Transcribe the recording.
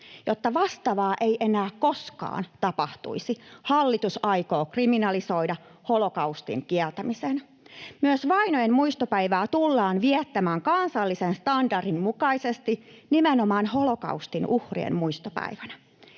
Jotta vastaavaa ei enää koskaan tapahtuisi, hallitus aikoo kriminalisoida holokaustin kieltämisen. Myös vainojen uhrien muistopäivää tullaan viettämään kansainvälisen standardin mukaisesti nimenomaan holokaustin uhrien muistopäivänä.